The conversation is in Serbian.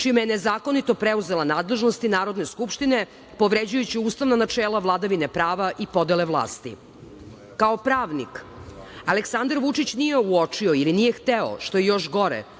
čime je nezakonito preuzela nadležnosti Narodne skupštine povređujući ustavno načelo vladavine prava i podele vlasti. Kao pravnik, Aleksandar Vučić nije uočio ili nije hteo, što je još gore,